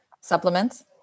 supplements